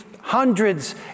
hundreds